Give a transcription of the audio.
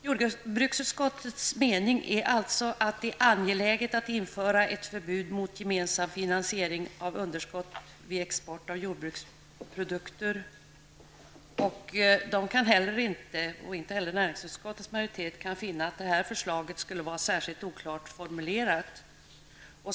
Jordbruksutskottets mening är alltså att det är angeläget att införa ett förbud mot gemensam finansiering av underskott vid export av jordbruksproduker. Varken det eller näringsutskottets majoritet kan finna att förslaget skulle vara särskilt oklart formulerat.